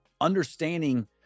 understanding